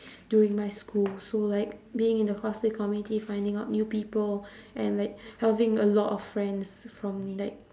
during my school so like being in the cosplay community finding out new people and like having a lot of friends from like